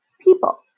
people